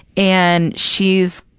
and she's,